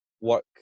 work